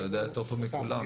אתה יודע יותר טוב מכולם.